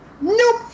Nope